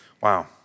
Wow